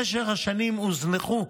במשך השנים הוזנחו,